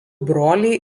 broliai